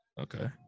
okay